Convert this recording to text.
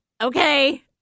okay